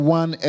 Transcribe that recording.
one